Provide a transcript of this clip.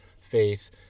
face